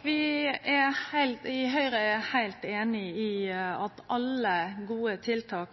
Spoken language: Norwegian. Høgre er heilt einige i at ein må sjå på alle gode tiltak